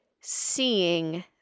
seeing